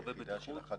צווי בטיחות.